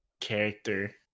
character